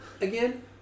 again